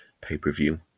pay-per-view